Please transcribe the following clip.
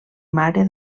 mare